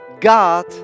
God